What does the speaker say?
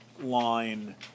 line